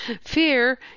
Fear